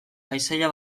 paisaia